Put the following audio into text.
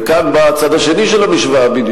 וכאן בא הצד השני של המשוואה.